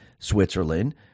Switzerland